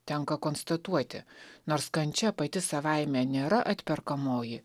tenka konstatuoti nors kančia pati savaime nėra atperkamoji